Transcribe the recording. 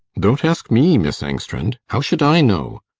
don't ask me, miss engstrand! how should i know?